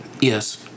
Yes